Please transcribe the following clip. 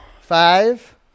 Five